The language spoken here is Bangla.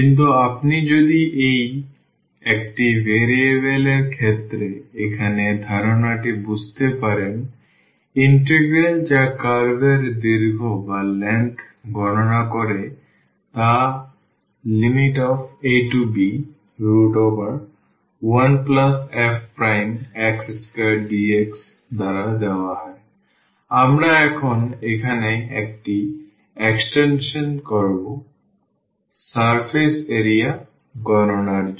কিন্তু আপনি যদি এই একটি ভ্যারিয়েবল এর ক্ষেত্রে এখানে ধারণাটি বুঝতে পারেন ইন্টিগ্রাল যা কার্ভ এর দৈর্ঘ্য গণনা করে তা ab1fx2dx দ্বারা দেওয়া হয় আমরা এখন এখানে একটি এক্সটেনশন করব সারফেস এরিয়া গণনার জন্য